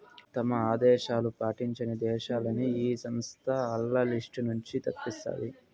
తమ ఆదేశాలు పాటించని దేశాలని ఈ సంస్థ ఆల్ల లిస్ట్ నుంచి తప్పిస్తాది